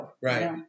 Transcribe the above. Right